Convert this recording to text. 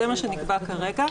זה מה שנקבע כרגע.